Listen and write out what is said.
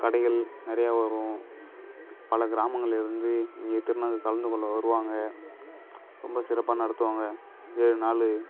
கடைகள் நிறையா வரும் பல கிராமங்கள்லயிருந்து இங்கே திருநங்கைகள் கலந்து கொள்ள வருவாங்க ரொம்ப சிறப்பாக நடத்துவாங்க ஏழு நாள்